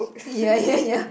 ya ya ya